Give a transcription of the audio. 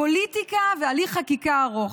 פוליטיקה והליך חקיקה ארוך.